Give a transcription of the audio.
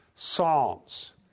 Psalms